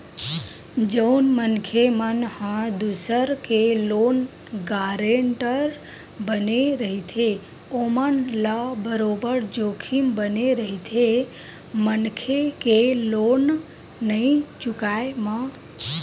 जउन मनखे मन ह दूसर के लोन गारेंटर बने रहिथे ओमन ल बरोबर जोखिम बने रहिथे मनखे के लोन नइ चुकाय म